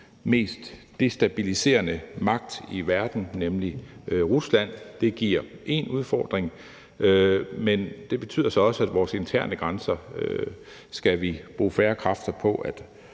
mest destabiliserende magt i verden, nemlig Rusland, og det giver én udfordring, men det betyder så også, at vores interne grænser skal vi bruge færre kræfter på